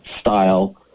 style